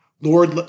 Lord